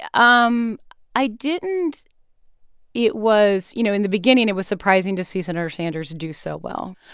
ah um i didn't it was, you know, in the beginning, it was surprising to see senator sanders do so well.